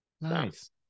Nice